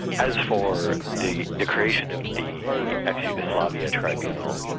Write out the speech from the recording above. as for the ah creation of the ex-yugoslavia tribunal,